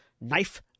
Knife